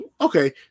Okay